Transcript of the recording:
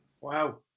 Wow